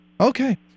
Okay